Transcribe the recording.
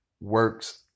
works